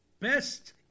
Best